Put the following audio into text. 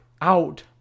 out